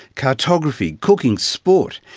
cartography, cooking, sport,